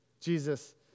Jesus